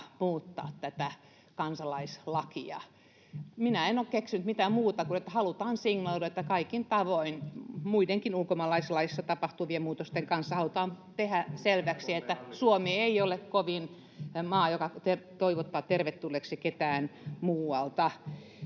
muuttaa tätä kansalaislakia. Minä en ole keksinyt mitään muuta kuin että halutaan signaloida, että kaikin tavoin muidenkin ulkomaalaislaissa tapahtuvien muutosten kanssa halutaan tehdä selväksi, että Suomi ei ole maa, joka toivottaa tervetulleeksi ketään muualta.